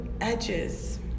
edges